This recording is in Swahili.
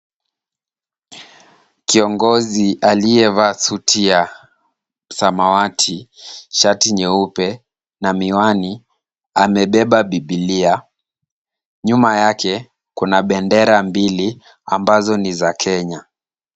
Kiongozi aliyevaa suti ya samawati, shati nyeupe na miwani amebeba bibilia. Nyuma yake kuna bendera mbili ambazo ni za Kenya.